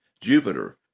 Jupiter